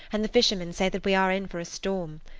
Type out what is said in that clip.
and the fishermen say that we are in for a storm.